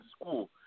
school